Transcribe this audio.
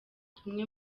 tumwe